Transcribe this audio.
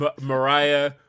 Mariah